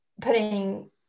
putting